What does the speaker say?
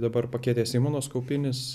dabar pakeitė simonas kaupinis